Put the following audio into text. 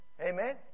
amen